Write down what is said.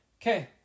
Okay